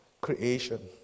creation